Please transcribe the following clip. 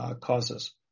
causes